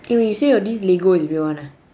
eh you say your this Lego is really one nah